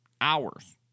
hours